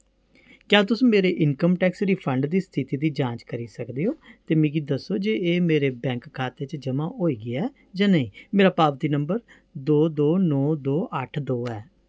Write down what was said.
क्या तुस मेरे इनकम टैक्स रिफंड दी स्थिति दी जांच करी सकदे ओ ते मिगी दस्सो जे एह् मेरे बैंक खाते च ज'मा होई गेआ ऐ जां नेईं मेरा पावती नंबर दो दो नौ दो अट्ठ दो ऐ